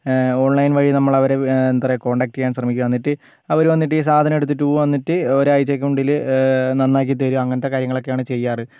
online വഴി നമ്മളവരെ എന്താ പറയുക കോൺടാക്ട് ചെയ്യാൻ ശ്രമിക്കും എന്നിറ്റ് അവർ വന്നിട്ട് ഈ സാധനം എടുത്തിട്ട് പോകും എന്നിട്ട് ഒരാഴ്ചയ്ക്കുള്ളിൽ നന്നാക്കിത്തരും അങ്ങനത്തെ കാര്യങ്ങളൊക്കെയാണ് ചെയ്യാറ്